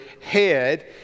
head